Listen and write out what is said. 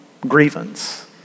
grievance